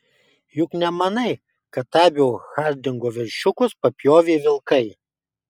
juk nemanai kad abio hardingo veršiukus papjovė vilkai